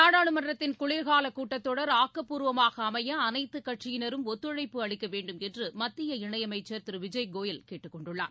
நாடாளுமன்றத்தின் குளிர்காலக் கூட்டத் தொடர் ஆக்கப்பூர்வமாக அமைய அனைத்துக் கட்சியினரும் ஒத்துழைப்பு அளிக்க வேண்டும் என்று மத்திய இணையமைச்சர் திரு விஜய்கோயல் கேட்டுக் கொண்டுள்ளார்